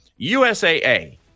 USAA